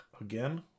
again